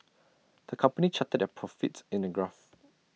the company charted their profits in A graph